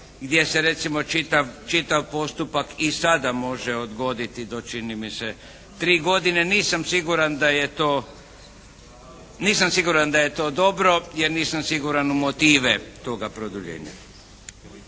gdje se recimo čitav postupak i sada može odgoditi do čini mi se 3 godine. Nisam siguran da je to, nisam siguran da je to dobro jer nisam siguran u motive toga produljenja.